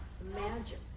imagine